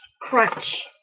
crunch